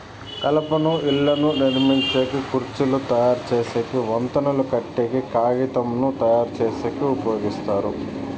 కలపను ఇళ్ళను నిర్మించేకి, కుర్చీలు తయరు చేసేకి, వంతెనలు కట్టేకి, కాగితంను తయారుచేసేకి ఉపయోగిస్తారు